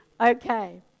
Okay